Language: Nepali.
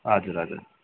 हजुर हजुर